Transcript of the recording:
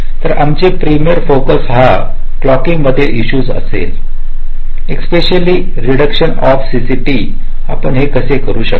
तर आमचे primary focus हा क्लॉकिंगमधील ईशुस असेल इस्पेशली रेडुकशन ऑफ सीसीटी आपण हे कसे करू शकता